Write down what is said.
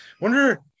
Wonder